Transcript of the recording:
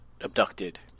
abducted